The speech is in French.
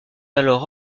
alors